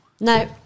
No